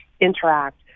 interact